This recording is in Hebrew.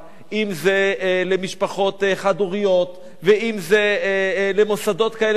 אם זה למשפחות חד-הוריות ואם זה למוסדות כאלה ואחרים,